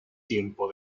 tiempo